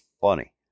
funny